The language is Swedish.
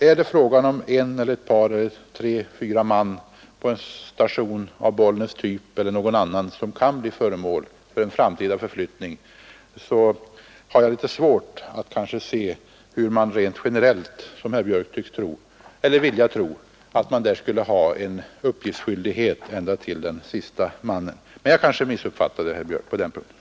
Är det fråga om en eller ett par tre eller fyra man på en sådan station som Bollnäs eller någon annan som kan bli föremål för en framtida förflyttning har jag svårt att se hur man rent generellt, som herr Björk tycks vilja tro, skulle ha en uppgiftsskyldighet ända ned till att det kunde gälla en enda man. Men jag kanske missuppfattade herr Björk på den punkten.